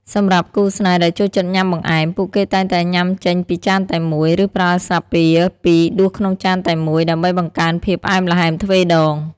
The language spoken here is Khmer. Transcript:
សម្រាប់គូស្នេហ៍ដែលចូលចិត្តញ៉ាំបង្អែម ពួកគេតែងតែញ៉ាំចេញពីចានតែមួយ ឬប្រើស្លាបព្រាពីរដួសក្នុងចានតែមួយ ដើម្បីបង្កើនភាពផ្អែមល្ហែមទ្វេរដង។